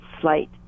slight